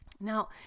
Now